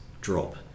drop